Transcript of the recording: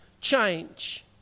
change